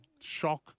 shock